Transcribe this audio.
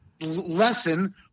lesson